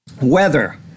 Weather